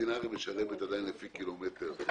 משלמת עדיין לפי קילומטר.